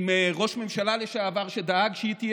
עם ראש ממשלה לשעבר שדאג שהיא תהיה